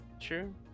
true